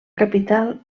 capital